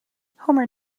homer